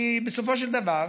כי בסופו של דבר,